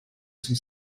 some